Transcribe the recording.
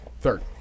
third